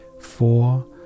four